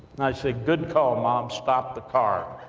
and i said, good call mom, stop the car.